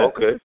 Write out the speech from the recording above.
Okay